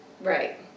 Right